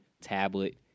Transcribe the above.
tablet